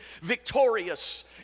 victorious